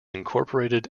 incorporated